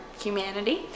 humanity